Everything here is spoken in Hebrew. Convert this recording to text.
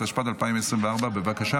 התשפ"ג 2024. בבקשה,